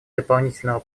дополнительного